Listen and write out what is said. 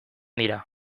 dira